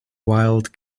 wild